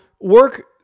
work